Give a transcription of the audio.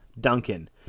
Duncan